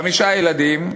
חמישה ילדים,